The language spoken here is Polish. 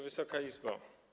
Wysoka Izbo!